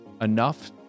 enough